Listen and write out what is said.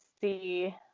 see